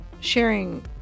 sharing